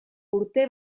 urte